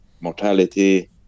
mortality